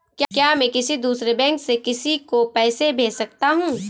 क्या मैं किसी दूसरे बैंक से किसी को पैसे भेज सकता हूँ?